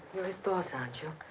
you're his boss, aren't you?